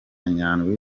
nyandwi